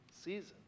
season